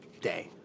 day